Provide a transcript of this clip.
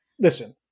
listen